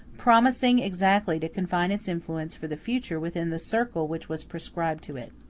promising exactly to confine its influence for the future within the circle which was prescribed to it.